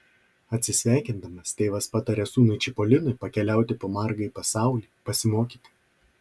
atsisveikindamas tėvas pataria sūnui čipolinui pakeliauti po margąjį pasaulį pasimokyti